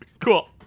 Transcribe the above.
Cool